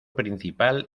principal